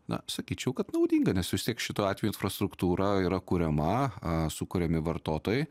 na sakyčiau kad naudinga nes vis tiek šituo atveju infrastruktūra yra kuriama a sukuriami vartotojai